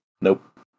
Nope